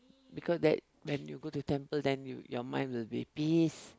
because that when you go to temple then you your mind would be peace